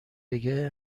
بگه